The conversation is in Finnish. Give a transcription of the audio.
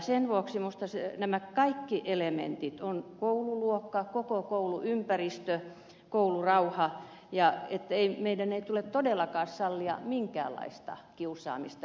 sen vuoksi minusta missään näistä elementeistä koululuokka koko kouluympäristö koulurauha meidän ei tule todellakaan sallia minkäänlaista kiusaamista